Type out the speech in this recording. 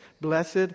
Blessed